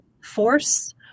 force